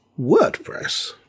WordPress